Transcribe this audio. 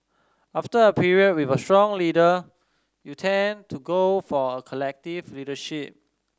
after a period with a strong leader you tend to go for a collective leadership